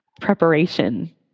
preparation